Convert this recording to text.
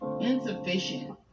insufficient